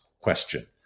question